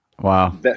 Wow